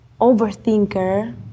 overthinker